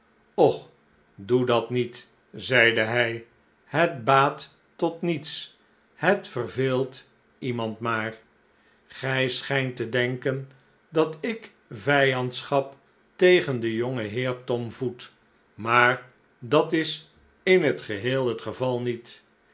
och doe dat niet zeide hij het baattot niets het verveelt iemand maar gij schijnt te denken dat ik vijandschap tegen den jongenheer tom voed maar dat is in t geheel het geval niet